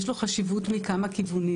יש לו חשיבות מכמה כיוונים.